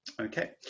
okay